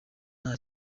nta